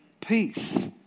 Peace